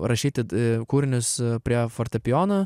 rašyti kūrinius prie fortepijono